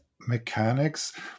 mechanics